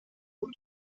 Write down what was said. und